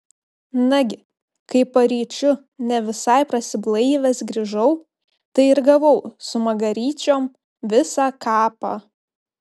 nagi kai paryčiu ne visai prasiblaivęs grįžau tai ir gavau su magaryčiom visą kapą